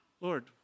Lord